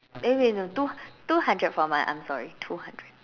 eh wait wait two two hundred per month I'm sorry two hundred